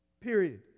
Period